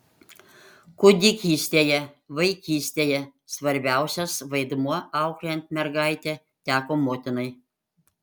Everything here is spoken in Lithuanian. kūdikystėje vaikystėje svarbiausias vaidmuo auklėjant mergaitę teko motinai